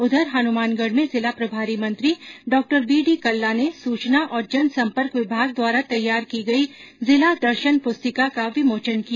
उधर हनुमानगढ़ में जिला प्रभारी मंत्री डॉ बीडी कल्ला ने सुचना और जनसंपर्क विभाग द्वारा तैयार की गई जिला दर्शन पुस्तिका का विमोचन किया